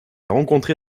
rencontré